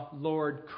Lord